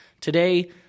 Today